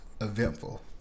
eventful